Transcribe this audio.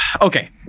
okay